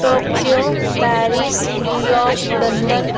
Tokyo Paris New York London